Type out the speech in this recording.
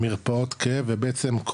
מרפאות כאב ובעצם,